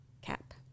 Cap